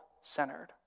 centered